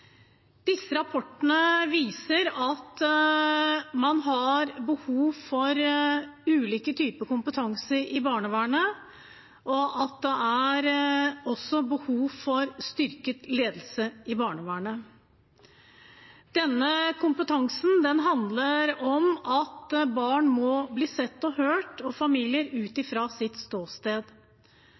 Disse rapportene viser at man har behov for ulike typer kompetanse i barnevernet, og at det også er behov for styrket ledelse i barnevernet. Denne kompetansen handler om at barn og familier må bli sett og hørt ut fra sitt ståsted.